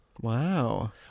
Wow